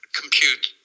compute